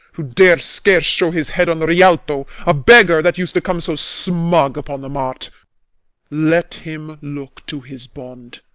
who dare scarce show his head on the rialto a beggar, that used to come so smug upon the mart let him look to his bond